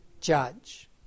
judge